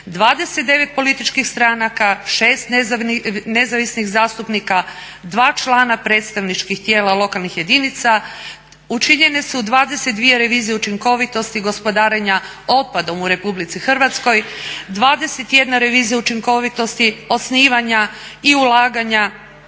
29 političkih stranaka, 6 nezavisnih zastupnika, 2 članak predstavničkih tijela lokalnih jedinica, učinjene su 22 revizije učinkovitosti gospodarenja otpadom u Republici Hrvatskoj, 21 revizija učinkovitosti osnivanja i ulaganja